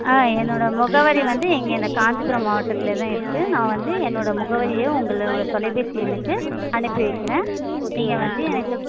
ஆ என்னோடய முகவரி வந்து இங்கே இந்த காஞ்சிபுரம் மாவட்டத்தில்தான் இருக்குது நான் வந்து என்னோடய முகவரியை உங்களோடய தொலைபேசி எண்ணுக்கு அனுப்பி வைக்கிறேன் நீங்கள் வந்து எனக்கு